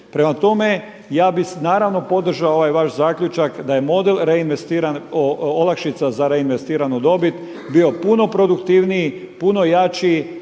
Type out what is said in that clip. Prema tome, ja bih naravno podržao ovaj vaš zaključak da je model reinvestiran, olakšica za reinvestiranu dobit bio puno produktivniji, puno jači